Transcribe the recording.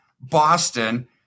Boston